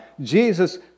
Jesus